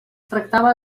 tractava